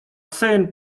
syn